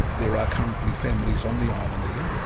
there are currently families on the island here,